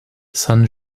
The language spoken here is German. san